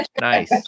Nice